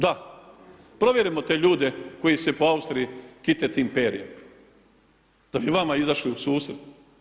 Da, provjerimo te ljude koji se po Austriji kite tim perjem da bi vama izašli u susret.